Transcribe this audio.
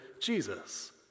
Jesus